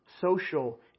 social